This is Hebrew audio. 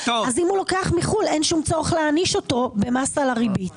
אז אם הוא לוקח מחו"ל אין צורך להענישו במס על הריבית,